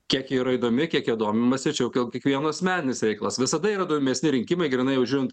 kiek jie yra įdomi kiek juo domimasi čia jau jau kiekvieno asmeninis reikalas visada yra įdomesni rinkimai grynai užimt